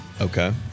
Okay